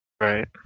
Right